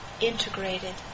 integrated